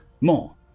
more